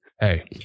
hey